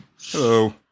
Hello